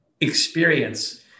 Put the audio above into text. experience